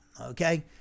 okay